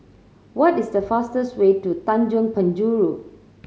what is the fastest way to Tanjong Penjuru